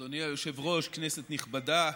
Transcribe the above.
היושב-ראש, כנסת נכבדה,